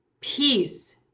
peace